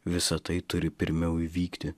visa tai turi pirmiau įvykti